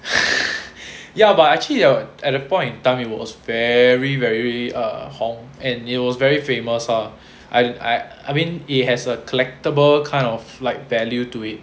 ya but actually that at a point in time it was very very err 红 and it was very famous ah I I I mean it has a collectible kind of like value to it